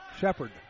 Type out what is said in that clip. Shepard